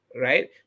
right